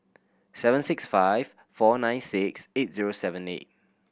seven six five four nine six eight zero seven eight